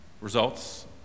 results